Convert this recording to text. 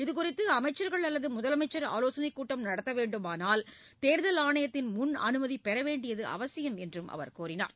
இதுகுறித்துஅமைச்சர்கள் அல்லதுமுதலமைச்சர் ஆலோசனைக் கூட்டம் நடத்தவேண்டுமானால் தேர்தல் ஆணையத்தின் முன் அனுமதிபெறவேண்டியதுஅவசியம் என்றார்